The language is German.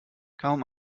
kaum